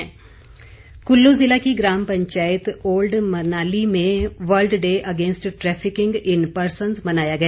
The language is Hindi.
जागरूकता कुल्लू ज़िला की ग्राम पंचायत ओल्ड मनाली में world day against trafficking in persons मनाया गया